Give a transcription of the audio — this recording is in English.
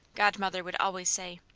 godmother would always say.